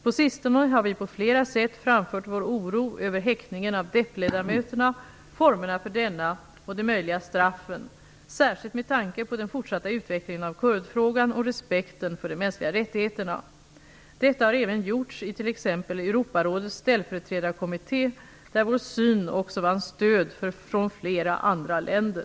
På sistone har vi på flera sätt framfört vår oro över häktningen av DEP ledamöterna, formerna för denna och de möjliga straffen, särskilt med tanke på den fortsatta utvecklingen av kurdfrågan och respekten för de mänskliga rättigheterna. Detta har även gjorts i t.ex. Europarådets ställföreträdarkommitté, där vår syn också vann stöd från flera andra länder.